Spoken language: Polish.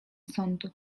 sądu